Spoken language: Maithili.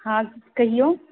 हाँ कहियौ